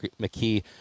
McKee